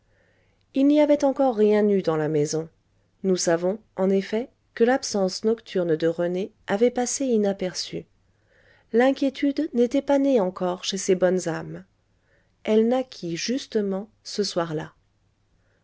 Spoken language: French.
il n'y avait encore rien eu dans la maison nous savons en effet que l'absence nocturne de rené avait passé inaperçue l'inquiétude n'était pas née encore chez ces bonnes âmes elle naquit justement ce soir-là